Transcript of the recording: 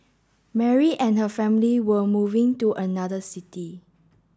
Mary and her family were moving to another city